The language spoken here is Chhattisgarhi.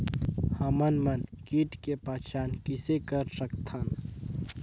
हमन मन कीट के पहचान किसे कर सकथन?